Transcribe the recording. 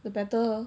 the better